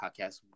podcast